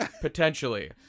Potentially